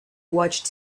watched